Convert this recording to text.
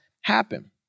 happen